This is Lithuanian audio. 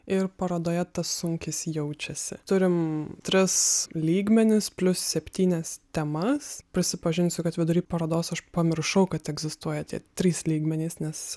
ir parodoje tas sunkis jaučiasi turim tris lygmenis plius septynias temas prisipažinsiu kad vidury parodos aš pamiršau kad egzistuoja tie trys lygmenys nes